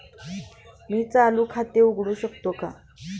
मी चालू खाते उघडू शकतो का?